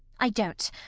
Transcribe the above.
i don't.